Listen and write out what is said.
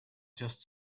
just